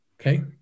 Okay